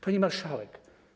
Pani Marszałek!